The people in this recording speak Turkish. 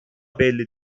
belli